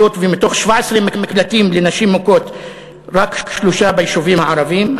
היות שמתוך 17 מקלטים לנשים מוכות רק שלושה ביישובים ערביים,